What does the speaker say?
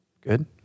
Good